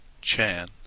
Chan